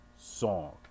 song